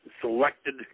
selected